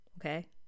okay